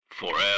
Forever